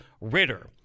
Ritter